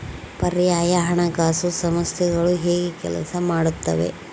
ಪರ್ಯಾಯ ಹಣಕಾಸು ಸಂಸ್ಥೆಗಳು ಹೇಗೆ ಕೆಲಸ ಮಾಡುತ್ತವೆ?